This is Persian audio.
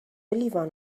لیوان